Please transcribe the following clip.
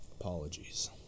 apologies